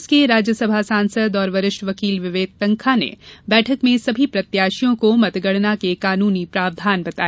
कांग्रेस के राज्यसभा सांसद और वरिष्ठ वकील विवेक तन्खा ने बैठक में सभी प्रत्याशियों को मतगणना के कानूनी प्रावधान बताए